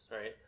right